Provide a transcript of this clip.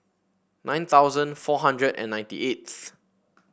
nine thousand four hundred and ninety eighth